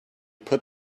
put